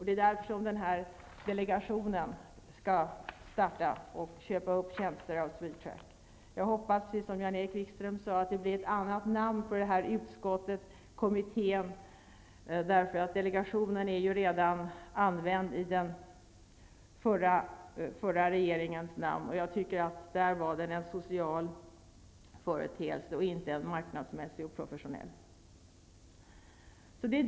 Det är därför den här delegationen skall börja köpa upp tjänster av Swedtrack. Jag hoppas, precis som Jan-Erik Wikström, att den här kommittén får ett annat namn, eftersom ''delegation'' redan är använt i den förra regeringens namn. Det var då fråga om en social företeelse och inte en marknadsmässig och professionell.